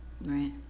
right